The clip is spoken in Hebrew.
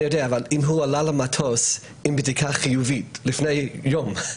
אבל אם הוא עלה למטוס עם בדיקה חיובית לפני יום,